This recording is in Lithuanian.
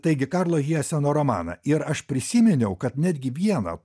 taigi karlo hieseno romaną ir aš prisiminiau kad netgi vieną